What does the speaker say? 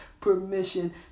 permission